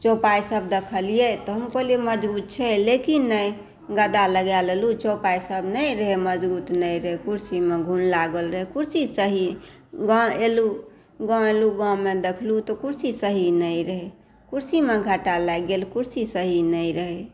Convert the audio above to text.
चौपाई सभ देखलियै तऽ हम कहलियै मजबुत छै लेकिन गदा लगा लेलहुँ चौपाइ सभ नहि रहै मजबुत सभ नहि रहै कुर्सीमे घुन लागल रहै कुर्सी सही गाँव एलहुँ गाँवमे देखलहुँ तऽ कुर्सी सही नहि रहै कुर्सीमे घटा लागि गेल कुर्सी सही नहि रहै